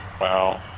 Wow